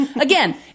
Again